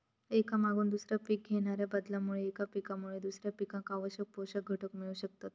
एका मागून दुसरा पीक घेणाच्या बदलामुळे एका पिकामुळे दुसऱ्या पिकाक आवश्यक पोषक घटक मिळू शकतत